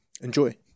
enjoy